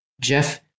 Jeff